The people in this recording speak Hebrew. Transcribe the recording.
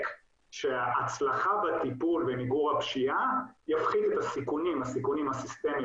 שההצלחה בטיפול במיגור הפשיעה תפחית את הסיכונים הסיסטמיים